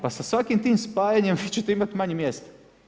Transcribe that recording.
Pa sa svakim tim spajanjem vi ćete imat manje mjesta.